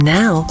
now